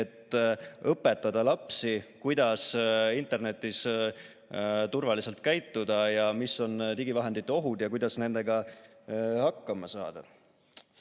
et õpetada lapsi, kuidas internetis turvaliselt käituda, mis on digivahendite ohud ja kuidas nendega hakkama saada.